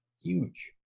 Huge